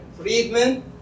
Friedman